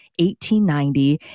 1890